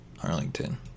Arlington